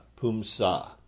Pumsa